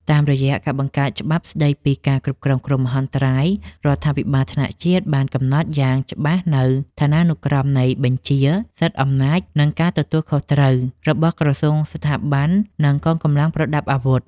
តាមរយៈការបង្កើតច្បាប់ស្តីពីការគ្រប់គ្រងគ្រោះមហន្តរាយ រដ្ឋាភិបាលថ្នាក់ជាតិបានកំណត់យ៉ាងច្បាស់នូវឋានានុក្រមនៃបញ្ជា សិទ្ធិអំណាច និងការទទួលខុសត្រូវរបស់ក្រសួង ស្ថាប័ន និងកងកម្លាំងប្រដាប់អាវុធ។